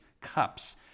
cups